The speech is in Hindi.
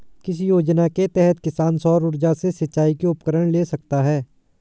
किस योजना के तहत किसान सौर ऊर्जा से सिंचाई के उपकरण ले सकता है?